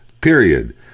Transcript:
period